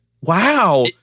Wow